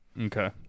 Okay